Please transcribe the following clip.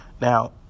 Now